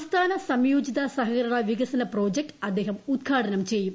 സംസ്ഥാന സംയ്യോജിത സഹകരണ വികസന പ്രോജക്ട് അദ്ദേഹം ഉദ്ദ്ഘൂടന്ം ചെയ്യും